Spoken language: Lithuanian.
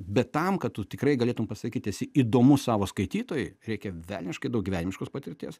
bet tam kad tu tikrai galėtum pasakyt esi įdomus savo skaitytojui reikia velniškai daug gyvenimiškos patirties